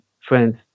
friends